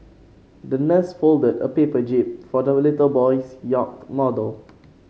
the nurse folded a paper jib for the little boy's yacht model